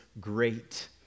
great